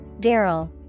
Daryl